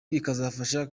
bikazabafasha